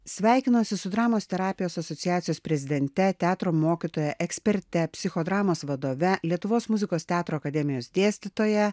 sveikinuosi su dramos terapijos asociacijos prezidente teatro mokytoja eksperte psichodramos vadove lietuvos muzikos teatro akademijos dėstytoja